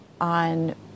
on